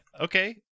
Okay